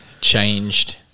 changed